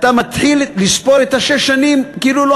אתה מתחיל לספור את שש השנים כאילו לא